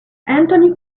anthony